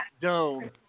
Dome